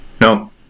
No